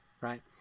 right